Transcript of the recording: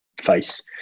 face